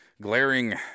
glaring